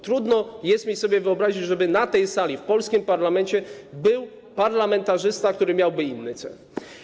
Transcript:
Trudno jest mi wyobrazić sobie, żeby na tej sali w polskim parlamencie był parlamentarzysta, który miałby inny cel.